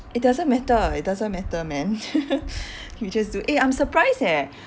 it doesn't matter it doesn't matter man you just do eh I'm surprised eh